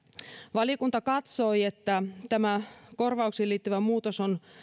valiokunta katsoi että tämä korvauksiin liittyvä muutos on